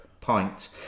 pint